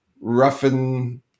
roughing